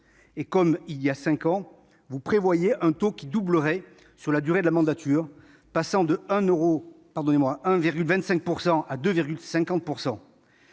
comme il y a cinq ans, vous prévoyez un taux qui doublerait sur la durée de la mandature, passant de 1,25 % à 2,50 %.